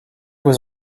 was